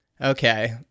okay